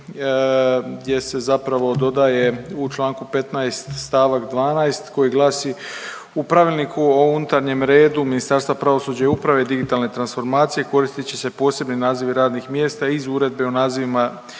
gdje se zapravo dodaje u čl. 15. st. 12. koji glasi „U Pravilniku o unutarnjem redu Ministarstva pravosuđa i uprave, digitalne transformacije koristit će se posebni nazivi radnih mjesta iz Uredbe o nazivima